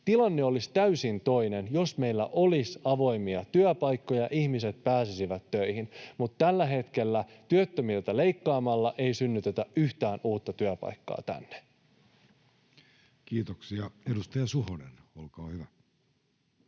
Tilanne olisi täysin toinen, jos meillä olisi avoimia työpaikkoja, niin ihmiset pääsisivät töihin, mutta tällä hetkellä työttömiltä leikkaamalla ei synnytetä yhtään uutta työpaikkaa tänne. [Speech 223] Speaker: